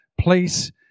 Please